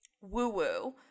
woo-woo